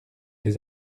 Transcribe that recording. les